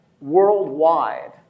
worldwide